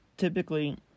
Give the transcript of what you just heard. Typically